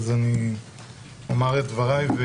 אז אני אומר את דבריי.